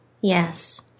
Yes